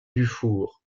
dufour